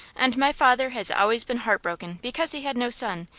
and my father has always been heart-broken because he had no son,